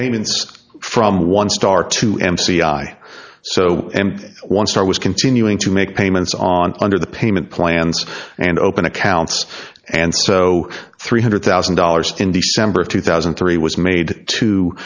payments from one star to m c i so and one star was continuing to make payments on under the payment plans and open accounts and so three hundred thousand dollars in december of two thousand and three was made to